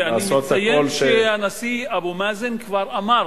ואני מציין שהנשיא אבו מאזן כבר אמר